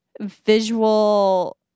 visual